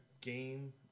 game